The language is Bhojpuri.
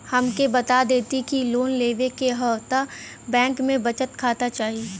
हमके बता देती की लोन लेवे के हव त बैंक में बचत खाता चाही?